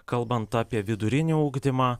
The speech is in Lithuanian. kalbant apie vidurinį ugdymą